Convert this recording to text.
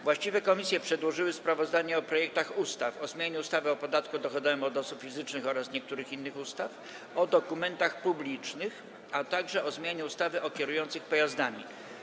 Właściwe komisje przedłożyły sprawozdania o projektach ustaw: - o zmianie ustawy o podatku dochodowym od osób fizycznych oraz niektórych innych ustaw, - o dokumentach publicznych, - o zmianie ustawy o kierujących pojazdami.